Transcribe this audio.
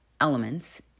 elements